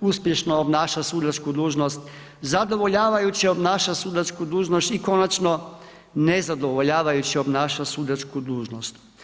uspješno obnaša sudačku dužnost, zadovoljavajuće obnaša sudačku dužnost i konačno nezadovoljavajuće obnaša sudačku dužnost.